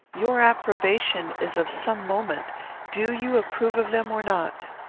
your approbation is of some moment do you approve of them or not?